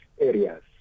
areas